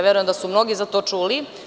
Verujem da su mnogi za to čuli.